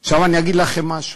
עכשיו, אני אגיד לכם משהו: